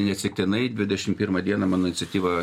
neatsitiktinai dvidešim pirmą dieną mano iniciatyva